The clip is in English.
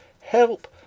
Help